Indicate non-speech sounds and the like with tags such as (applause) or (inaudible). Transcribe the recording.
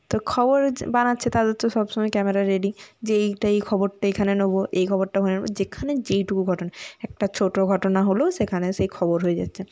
তো খবর যে বানাচ্ছে তাদের তো সব সময় ক্যামেরা রেডি যে এইটা এই খবরটা এইখানে নেবো এই খবরটা ওখানে (unintelligible) যেখানের যেটুকু ঘটনা একটা ছোট ঘটনা হলেও সেখানে সেই খবর হয়ে যাচ্ছে